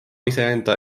iseenda